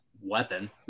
weapon